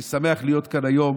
אני שמח להיות כאן היום.